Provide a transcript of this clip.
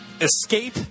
escape